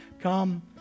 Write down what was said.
come